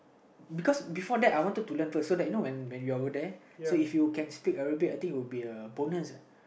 because before that I wanted to learn first so that when when we're over there so if you can speak Abrabic I think it would be a bonus uh